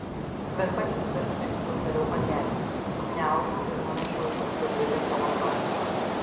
virpančiais pirštais uždariau pakelį sugniaužiau ir nunešiau į šiukšlių dėžę celofaną